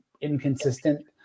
inconsistent